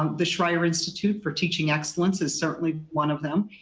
um the schreyer institute for teaching excellence is certainly one of them.